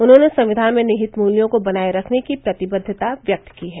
उन्होंने संविधान में निहित मूल्यों को बनाए रखने की प्रतिबद्वता व्यक्त की है